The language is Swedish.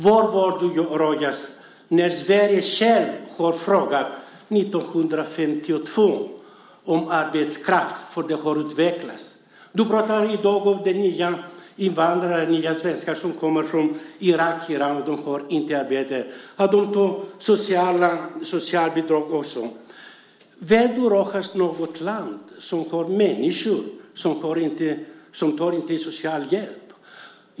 Var var du, Rojas, när Sverige självt 1952 frågade efter arbetskraft? Det har utvecklats. Du pratar i dag om de nya invandrarna, nya svenskar som kommer från Irak och Iran och som inte har arbete. Har de då socialbidrag också? Vet du, Rojas, något land som har människor som inte tar socialhjälp?